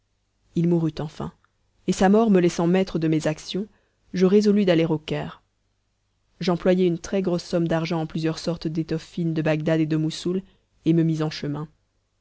il mourut enfin et sa mort me laissant maître de mes actions je résolus d'aller au caire j'employai une très-grosse somme d'argent en plusieurs sortes d'étoffes fines de bagdad et de moussoul et me mis en chemin